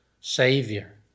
Savior